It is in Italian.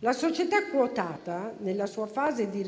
La società quotata, nella sua fase di